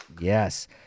Yes